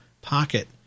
pocket